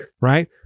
right